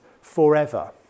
forever